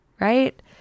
Right